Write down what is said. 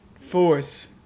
Force